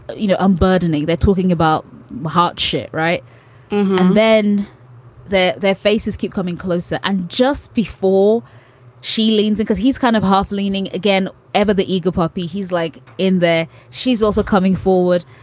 you know, unburdening. they're talking about hot shit. right and then their faces keep coming closer. and just before she leans because he's kind of half leaning again, ever the ego, poppy. he's like in there. she's also coming forward.